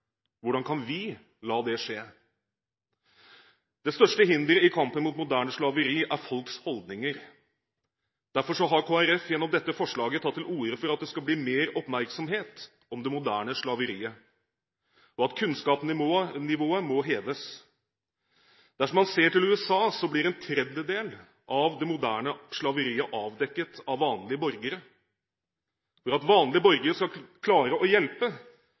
Hvordan kan vi la det skje? Det største hinderet i kampen mot moderne slaveri er folks holdninger. Derfor har Kristelig Folkeparti gjennom dette forslaget tatt til orde for at det skal bli mer oppmerksomhet om det moderne slaveriet, og at kunnskapsnivået må heves. Dersom man ser til USA, blir en tredjedel av det moderne slaveriet avdekket av vanlige borgere. For at vanlige borgere skal klare å hjelpe,